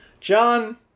John